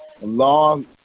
Long